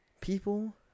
People